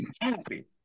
happy